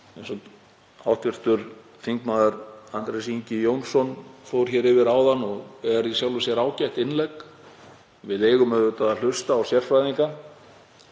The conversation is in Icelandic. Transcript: eins og hv. þm. Andrés Ingi Jónsson fór hér yfir áðan, og er í sjálfu sér ágætt innlegg, við eigum auðvitað að hlusta á sérfræðinga